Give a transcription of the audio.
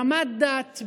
ברמת דת,